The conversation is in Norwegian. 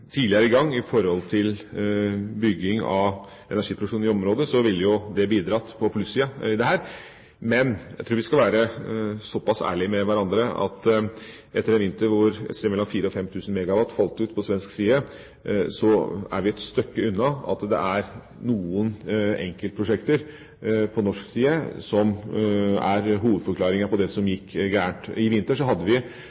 tidligere i gang med bygging av energiproduksjonen i området, ville det bidratt på plussiden. Men jeg tror vi skal være så pass ærlige med hverandre å si at etter en vinter hvor et sted mellom 4 000 og 5 000 MWh falt ut på svensk side, er vi et stykke unna at det er noen enkeltprosjekter på norsk side som er hovedforklaringen på det som